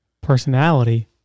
personality